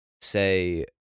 say